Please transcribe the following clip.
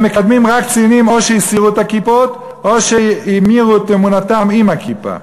הם מקדמים רק קצינים שהסירו את הכיפות או שהמירו את אמונתם עם הכיפה.